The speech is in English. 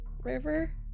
River